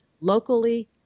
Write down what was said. locally